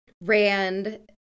Rand